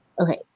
Okay